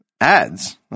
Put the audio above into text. Ads